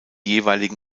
jeweiligen